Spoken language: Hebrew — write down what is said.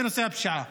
בנושא הפשיעה.